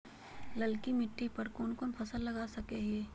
ललकी मिट्टी पर कोन कोन फसल लगा सकय हियय?